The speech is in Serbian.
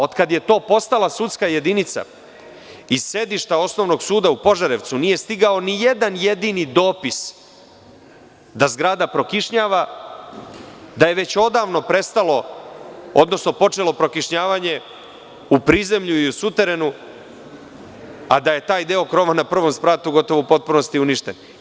Od kad je to postala sudska jedinica iz sedišta Osnovnog suda u Požarevcu, nije stigao ni jedan jedini dopis da zgrada prokišnjava, da je već odavno prestalo, odnosno, počelo prokišnjavanje u prizemlju i u suterenu, a da je taj deo krova na prvom spratu gotovo u potpunosti uništen.